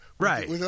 Right